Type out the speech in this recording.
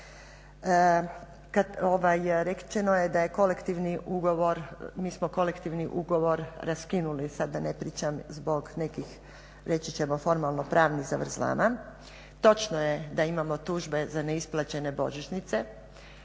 Rečeno je da je kolektivni ugovor, mi smo kolektivni ugovor raskinuli sada da ne pričam zbog nekih reći ćemo formalno-pravnih zavrzlama. Točno je da imamo tužbe za neisplaćene božićnice,